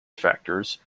factors